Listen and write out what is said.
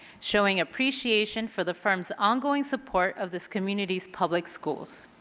showing appreciation for the firm's ongoing support of this community's public schools.